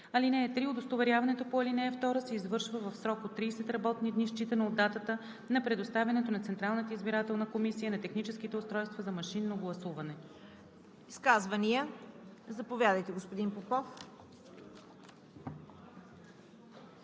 (3) Удостоверяването по ал. 2 се извършва в срок от 30 работни дни, считано от датата на предоставянето от Централната избирателна комисия на техническите устройства за машинно гласуване.“ ПРЕДСЕДАТЕЛ ЦВЕТА КАРАЯНЧЕВА: Изказвания? Заповядайте, господин Попов.